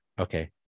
Okay